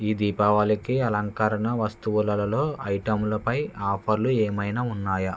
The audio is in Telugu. ఈ దీపావళికి అలంకరణ వస్తువులలో ఐటంలపై ఆఫర్లు ఏమైనా ఉన్నాయా